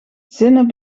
zinnen